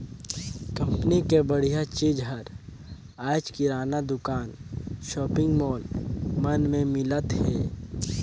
company के बड़िहा चीज हर आयज किराना दुकान, सॉपिंग मॉल मन में मिलत हे